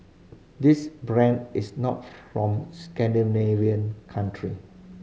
this brand is not from Scandinavian country